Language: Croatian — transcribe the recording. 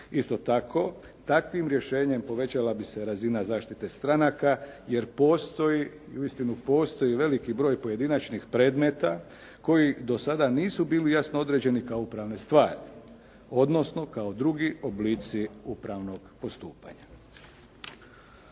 Isto tako takvim rješenjem povećala bi se razina zaštite stranaka, jer postoji, uistinu postoji veliki broj pojedinačnih predmeta koji do sada nisu bili jasno određeni kao upravna stvar, odnosno kao drugi oblici upravnog postupanja.